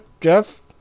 Jeff